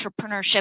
entrepreneurship